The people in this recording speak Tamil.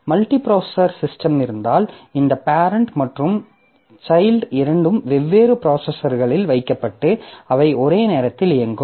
மல்டிபிராசசர் சிஸ்டம் இருந்தால் இந்த பேரெண்ட் மற்றும் சைல்ட் இரண்டு வெவ்வேறு ப்ராசசர்களில் வைக்கப்பட்டு அவை ஒரே நேரத்தில் இயங்கும்